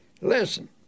Listen